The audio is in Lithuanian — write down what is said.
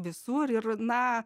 visur ir na